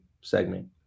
segment